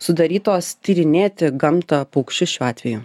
sudarytos tyrinėti gamtą paukščius šiuo atveju